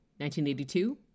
1982